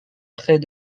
près